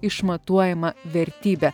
išmatuojama vertybe